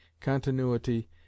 continuity